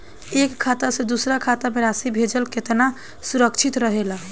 एक खाता से दूसर खाता में राशि भेजल केतना सुरक्षित रहेला?